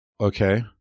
Okay